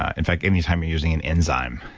ah in fact, anytime you're using an enzyme,